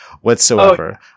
whatsoever